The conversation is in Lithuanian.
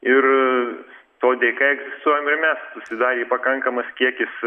ir to dėka egzistuojam ir mes susidarė pakankamas kiekis